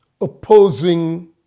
opposing